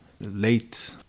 late